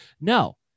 No